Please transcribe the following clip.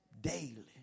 daily